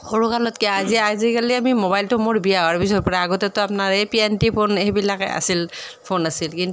সৰু কালত কিয় আজি আজিকালি আমি মোবাইলটো মোৰ বিয়া হোৱাৰ পিছৰ পৰা আগতেতো আপোনাৰ সেই ফোন সেইবিলাকহে আছিল ফোন আছিল কিন্তু